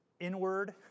inward